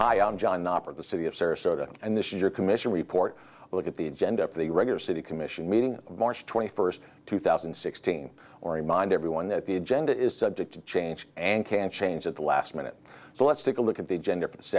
hi i'm john operate the city of sarasota and this is your commission report look at the agenda for the regular city commission meeting march twenty first two thousand and sixteen or remind everyone that the agenda is subject to change and can change at the last minute so let's take a look at the agenda for th